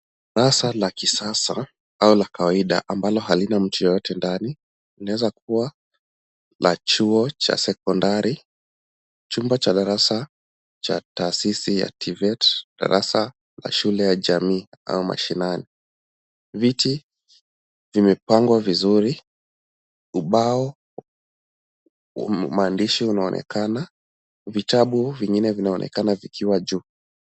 Darasa la kisasa au la kawaida ambalo halina mtu yeyote ndani inaweza kuwa la chuo cha sekondari, chumba cha darasa cha taasisi ya TVET, darasa la shule ya jamii au mashinani. Viti imepangwa vizuri. Ubao maandishi unaonekana. Vitabu vingine vinaonekana vikiwa juu.